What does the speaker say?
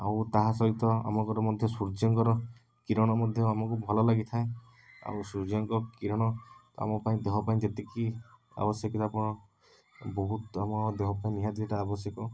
ଆଉ ତାହା ସହିତ ଆମକର ମଧ୍ୟ ସୂର୍ଯ୍ୟଙ୍କର କିରଣ ମଧ୍ୟ ଆମକୁ ଭଲ ଲାଗିଥାଏ ଆଉ ସୂର୍ଯ୍ୟଙ୍କ କିରଣ ଆମପାଇଁ ଦେହପାଇଁ ଯେତିକି ଆବଶ୍ୟକତା ଆପଣ ବହୁତ ଆମ ଦେହପାଇଁ ନିହାତି ଏଇଟା ଆବଶ୍ୟକ